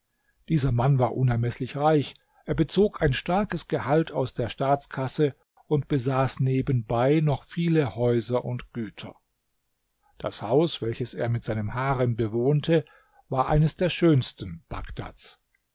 dieser mann war unermeßlich reich er bezog ein starkes gehalt aus der staatskasse und besaß nebenbei noch viele häuser und güter das haus welches er mit seinem harem bewohnte war eines der schönsten bagdads